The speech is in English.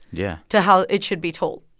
yeah. to how it should be told.